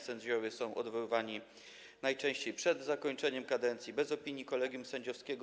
Sędziowie są odwoływani najczęściej przed zakończeniem kadencji, bez opinii kolegium sędziowskiego.